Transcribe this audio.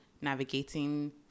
navigating